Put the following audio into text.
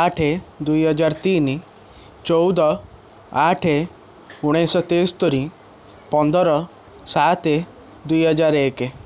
ଆଠ ଦୁଇ ହଜାର ତିନି ଚଉଦ ଆଠ ଉଣେଇଶହ ତେସ୍ତୋରି ପନ୍ଦର ସାତ ଦୁଇ ହଜାର ଏକ